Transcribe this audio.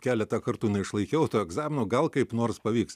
keletą kartų neišlaikiau to egzamino gal kaip nors pavyks